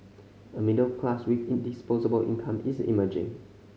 a middle class with in disposable income is emerging